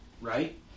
right